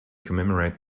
commemorate